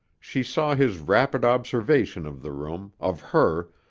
she saw his rapid observation of the room, of her,